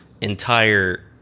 entire